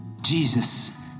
Jesus